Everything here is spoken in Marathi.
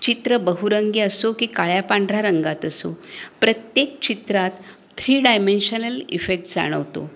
चित्र बहुरंगी असो की काळ्या पांढऱ्या रंगात असो प्रत्येक चित्रात थ्री डायमेन्शनल इफेक्ट जाणवतो